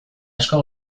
asko